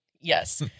yes